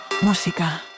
música